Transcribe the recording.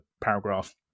paragraph